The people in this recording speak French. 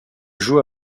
joue